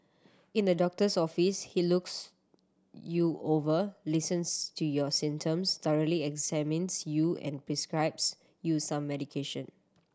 in the doctor's office he looks you over listens to your symptoms thoroughly examines you and prescribes you some medication